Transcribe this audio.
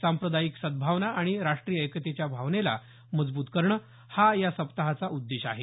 सांप्रदायिक सद्भावना आणि राष्ट्रीय एकतेची भावना मजबूत करणं हा या सप्ताहाचा उद्देश आहे